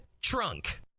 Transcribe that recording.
Trunk